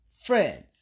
friend